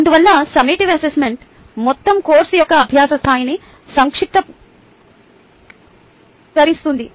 అందువల్ల summative assessment మొత్తం course యొక్క అభ్యాస స్థాయిని సంక్షిప్తీకరిస్తుంది